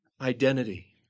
identity